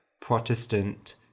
Protestant